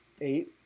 eight